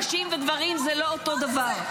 נשים וגברים זה לא אותו דבר.